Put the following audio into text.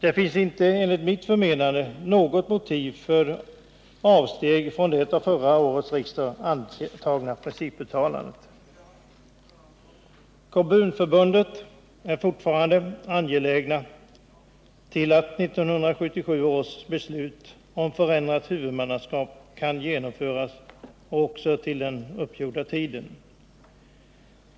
Det finns enligt mitt förmenande inte något motiv för avsteg från det av förra årets riksdag antagna principuttalandet. Kommunförbunden är fortfarande angelägna om att 1977 års beslut om förändrat huvudmannaskap skall genomföras inom den fastställda tiden.